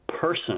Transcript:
person